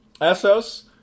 Essos